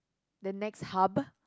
then next hub